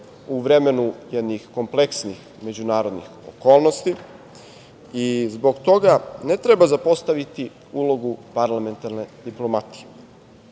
u vremenu jednih kompleksnih međunarodnih okolnosti i zbog toga ne treba zapostaviti ulogu parlamentarne diplomatije.